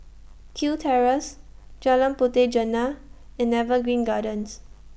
Kew Terrace Jalan Puteh Jerneh and Evergreen Gardens